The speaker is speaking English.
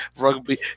rugby